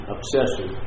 Obsession